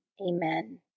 Amen